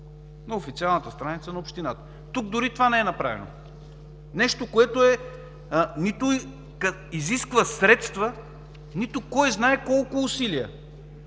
на официалната страница на общината. Тук дори и това не е направено. А това нито изисква средства, нито кой знае какви усилия.